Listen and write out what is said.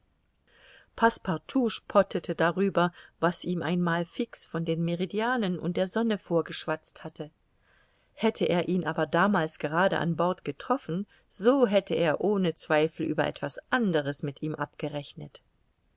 passepartout spottete darüber was ihm einmal fix von den meridianen und der sonne vorgeschwatzt hatte hätte er ihn aber damals gerade an bord getroffen so hätte er ohne zweifel über etwas anderes mit ihm abgerechnet